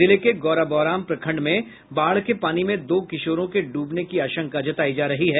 जिले के गौराबौराम प्रखंड में बाढ़ के पानी में दो किशोरों के डूबने की आशंका जतायी जा रही है